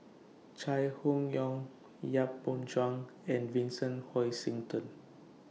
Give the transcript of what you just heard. Chai Hon Yoong Yap Boon Chuan and Vincent Hoisington